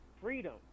freedom